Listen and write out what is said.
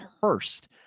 Hurst